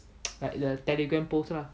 like the telegram post lah